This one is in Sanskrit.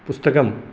पुस्तकं